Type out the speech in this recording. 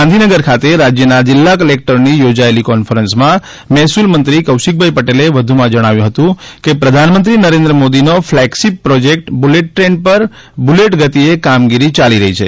ગાંધીનગર ખાતે રાજ્યના જીલ્લા કલેકટરોની યોજાયેલી કોન્ફરન્સ માં મહેસૂલ મંત્રી કૌશિકભાઇ પટેલે વધુમાં જણાવ્યું હતું કે પ્રધાનમંત્રી નરેન્દ્ર મોદીનો ફ્લેગશિપ પ્રોજેક્ટ બુલેટ ટ્રેન પર બુલેટ ગતિએ કામગીરી યાલી રહી છે